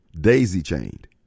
daisy-chained